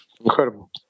Incredible